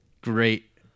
great